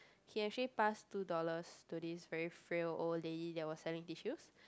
he actually passed two dollars to this very frail old lady that was selling tissues